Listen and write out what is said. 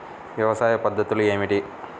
వ్యవసాయ పద్ధతులు ఏమిటి?